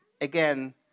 again